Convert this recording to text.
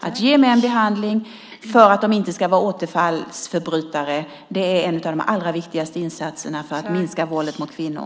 Att ge män behandling för att de inte ska bli återfallsförbrytare är en av de allra viktigaste insatserna för att minska våldet mot kvinnor.